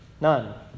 None